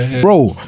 Bro